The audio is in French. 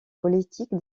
politique